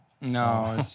No